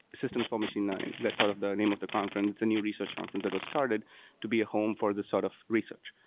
systems for machine learning. that's sort of the name of the conference. it's a new research conference that was started to be a home for this sort of research.